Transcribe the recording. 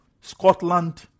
Scotland